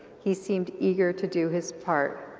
he seemed eager to do his part.